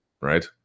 right